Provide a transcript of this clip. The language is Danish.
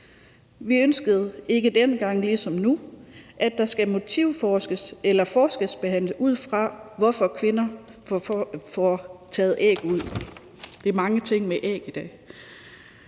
nu ønskede vi ikke dengang, at der skulle motivforskes i eller forskelsbehandles ud fra, hvorfor kvinder får taget æg ud – der er mange ting med æg i dag.